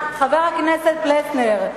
חבר הכנסת פלסנר,